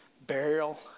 burial